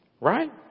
Right